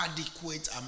adequate